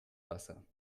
wasser